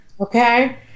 Okay